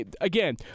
Again